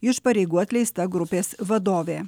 iš pareigų atleista grupės vadovė